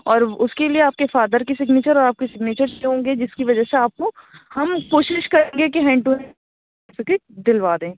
اور اُس کے لیے آپ کے فادر کی سگنیچر اور آپ کی سگنیچرس بھی ہوں گے جس کی وجہ سے آپ کو ہم کوشش کریں گے کہ ہینڈ ٹو ہینڈ سرٹیفیکیٹ دِلوا دیں